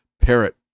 parrot